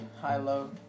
high-low